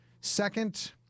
second